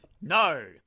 No